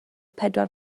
pedwar